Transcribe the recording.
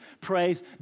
praise